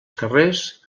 carrers